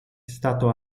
stato